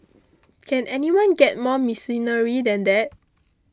can anyone get more mercenary than that